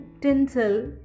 tinsel